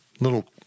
Little